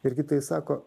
ir gydytojai sako